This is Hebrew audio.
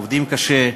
עובדים קשה,